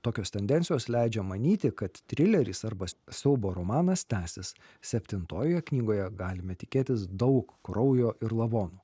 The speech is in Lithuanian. tokios tendencijos leidžia manyti kad trileris arba siaubo romanas tęsis septintojoje knygoje galime tikėtis daug kraujo ir lavonų